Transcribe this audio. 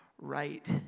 right